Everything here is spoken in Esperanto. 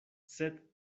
sed